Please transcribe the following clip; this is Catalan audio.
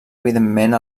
evidentment